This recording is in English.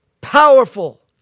powerful